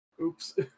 Oops